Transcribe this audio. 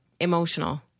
Emotional